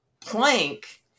plank